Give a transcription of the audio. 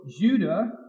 Judah